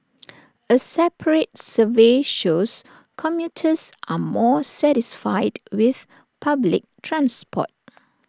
A separate survey shows commuters are more satisfied with public transport